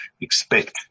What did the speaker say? expect